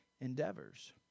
endeavors